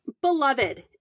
beloved